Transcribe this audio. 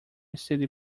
city